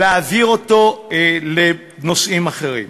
להעביר לנושאים אחרים.